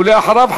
ואחריו,